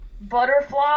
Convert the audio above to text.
Butterfly